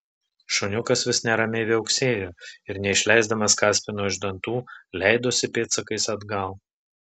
šuniukas vis neramiai viauksėjo ir neišleisdamas kaspino iš dantų leidosi pėdsakais atgal